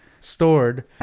stored